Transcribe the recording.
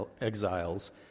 exiles